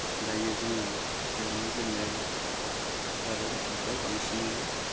दायो जोङो गेलेमु गेलेनाया जादों फुटबल बांसिनैनो